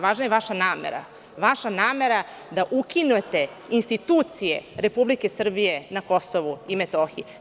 Važna je vaša namera, vaša namera da ukinete institucije Republike Srbije na Kosovu i Metohiji.